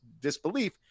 disbelief